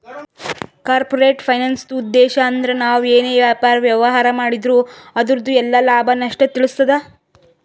corporate ಫೈನಾನ್ಸ್ದುಉದ್ಧೇಶ್ ಅಂದ್ರ ನಾವ್ ಏನೇ ವ್ಯಾಪಾರ, ವ್ಯವಹಾರ್ ಮಾಡಿದ್ರು ಅದುರ್ದು ಎಲ್ಲಾ ಲಾಭ, ನಷ್ಟ ತಿಳಸ್ತಾದ